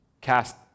Cast